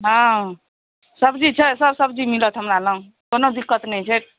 हँ सब्जी छै सब सब्जी मिलत हमरा लग कोनो दिक्कत नहि छै